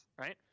right